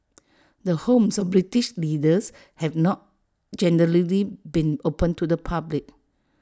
the homes of British leaders have not generally been open to the public